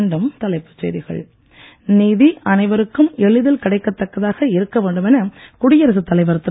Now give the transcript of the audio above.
மீண்டும் தலைப்புச் செய்திகள் நீதி அனைவருக்கும் எளிதில் கிடைக்கத் தக்கதாக இருக்க வேண்டும் என குடியரசுத் தலைவர் திரு